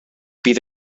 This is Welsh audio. bydd